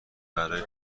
برای